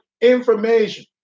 information